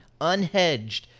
unhedged